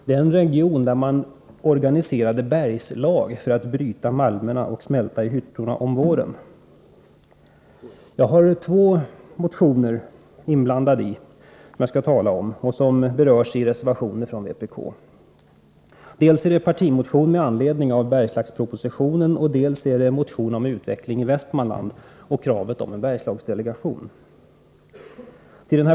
Det är en region där man organiserade bergslag för att bryta malmerna och smälta i hyttorna om våren. Jag skall tala om två motioner, som berörs i reservationer från vpk. Det är dels partimotionen med anledning av Bergslagspropositionen, dels är det en motion om utvecklingen i Västmanland och kravet på en Bergslagsdelegation.